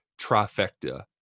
trifecta